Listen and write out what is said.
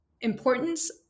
importance